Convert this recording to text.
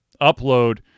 upload